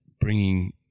bringing